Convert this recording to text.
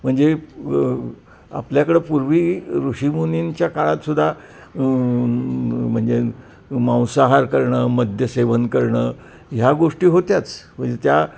म्हणजे आपल्याकडं पूर्वी ऋषिमुनींच्या काळात सुद्धा म्हणजे मांसाहार करणं मद्यसेवन करणं ह्या गोष्टी होत्याच म्हणजे त्या